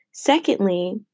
Secondly